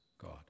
God